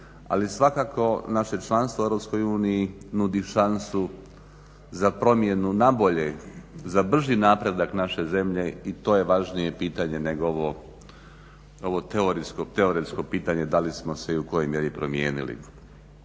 ali svakako naše članstvo u EU nudi šansu za promjenu na bolje, za brži napredak naše zemlje i to je važnije pitanje nego ovo teoretsko pitanje da li smo se i u kojoj mjeri promijenili,